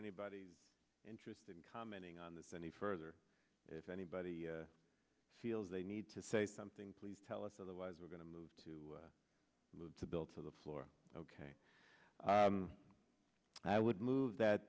anybody interested in commenting on this any further if anybody feels they need to say something please tell us otherwise we're going to move to move the bill to the floor ok i would move that